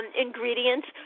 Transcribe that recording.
ingredients